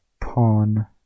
Pawn